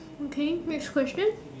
okay next question